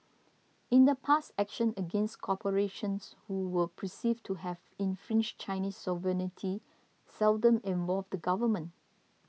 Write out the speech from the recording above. in the past action against corporations who were perceived to have infringed Chinese sovereignty seldom involved the government